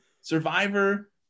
Survivor